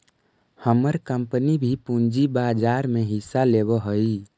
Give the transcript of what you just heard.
हमर कंपनी भी पूंजी बाजार में हिस्सा लेवअ हई